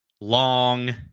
long